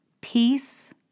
peace